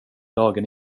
dagen